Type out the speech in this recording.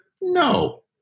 No